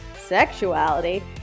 sexuality